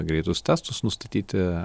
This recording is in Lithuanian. greitus testus nustatyti